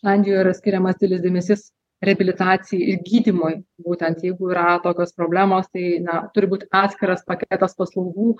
landijoj yra skiriamas didelis dėmesys reabilitacijai ir gydymui būtent jeigu yra tokios problemos tai na turi būt atskiras paketas paslaugų